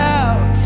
out